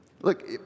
Look